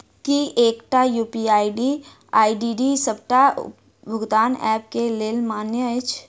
की एकटा UPI ID डी सबटा भुगतान ऐप केँ लेल मान्य अछि?